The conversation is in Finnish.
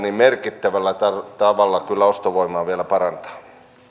merkittävällä tavalla kyllä ostovoimaa vielä parantaa